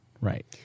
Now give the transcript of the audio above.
Right